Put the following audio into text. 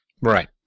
Right